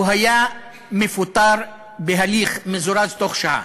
הוא היה מפוטר בהליך מזורז בתוך שעה.